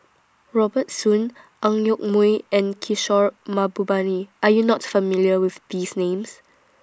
Robert Soon Ang Yoke Mooi and Kishore Mahbubani Are YOU not familiar with These Names